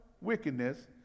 wickedness